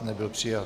Nebyl přijat.